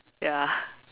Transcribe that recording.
ya